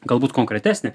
galbūt konkretesnė